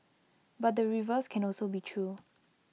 but the reverse can also be true